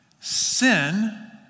sin